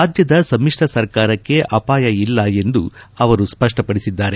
ರಾಜ್ಯದ ಸಮಿತ್ರ ಸರ್ಕಾರಕ್ಷೆ ಅಪಾಯ ಇಲ್ಲ ಎಂದು ಅವರು ಸ್ಪಪ್ಪಪಡಿಸಿದ್ದಾರೆ